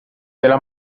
della